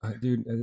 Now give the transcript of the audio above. dude